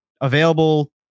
available